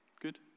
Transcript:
Good